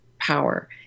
power